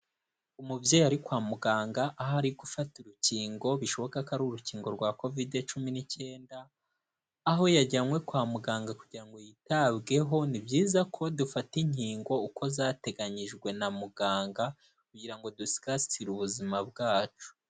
Umubyeyi ari kwa muganga, aho ari gufata urukingo, bishoboka ko ari urukingo rwa covid cumi n'icyenda, aho yajyanywe kwa muganga kugira ngo yitabweho, ni byiza ko dufata inkingo uko zateganyijwe na muganga kugira ngo dusigasire ubuzima bwacu.